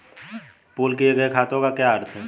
Pool किए गए खातों का क्या अर्थ है?